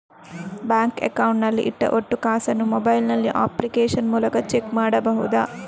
Bank account ನಲ್ಲಿ ಇಟ್ಟ ಒಟ್ಟು ಕಾಸನ್ನು ಮೊಬೈಲ್ ನಲ್ಲಿ ಅಪ್ಲಿಕೇಶನ್ ಮೂಲಕ ಚೆಕ್ ಮಾಡಬಹುದಾ?